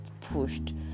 pushed